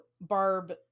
Barb